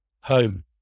Home